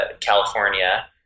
California